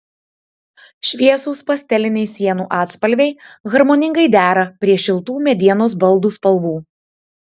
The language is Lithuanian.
šviesūs pasteliniai sienų atspalviai harmoningai dera prie šiltų medienos baldų spalvų